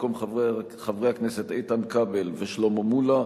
במקום חברי הכנסת איתן כבל ושלמה מולה